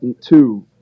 two